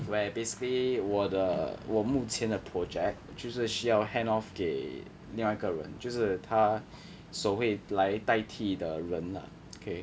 where basically 我的我目前的 project 就是需要 hand off 给另外一个人就是他所谓来代替的人 lah okay